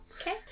Okay